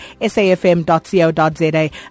safm.co.za